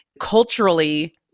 culturally